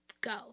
Go